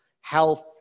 health